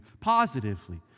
positively